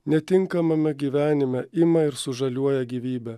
netinkamame gyvenime ima ir sužaliuoja gyvybė